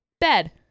bed